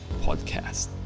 Podcast